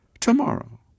tomorrow